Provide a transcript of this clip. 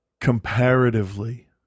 comparatively